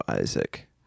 Isaac